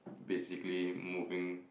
basically moving